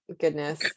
goodness